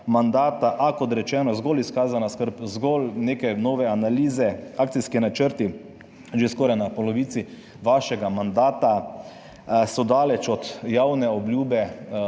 mandata, a kot rečeno, zgolj izkazana skrb, zgolj neke nove analize. Akcijski načrti že skoraj na polovici vašega mandata so daleč od javne obljube